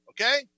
Okay